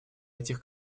этих